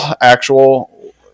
actual